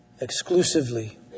exclusively